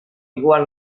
igual